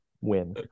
win